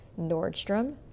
Nordstrom